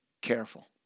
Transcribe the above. careful